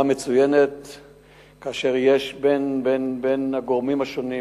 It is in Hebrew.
בחודש אדר התש"ע, 3 במרס 2010 למניינם.